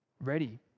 ready